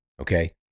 okay